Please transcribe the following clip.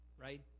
right